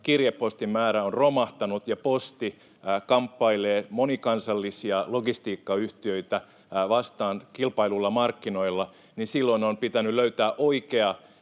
kirjepostin määrä on romahtanut ja Posti kamppailee monikansallisia logistiikkayhtiöitä vastaan kilpailluilla markkinoilla, niin silloin on pitänyt löytää oikea